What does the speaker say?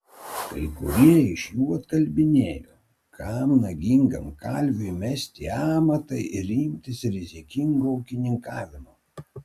kai kurie iš jų atkalbinėjo kam nagingam kalviui mesti amatą ir imtis rizikingo ūkininkavimo